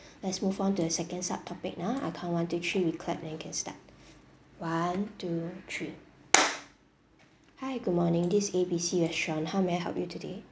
let's move on to the second sub topic now I count one two three we clap then you can start one two three hi good morning this A B C restaurant how may I help you today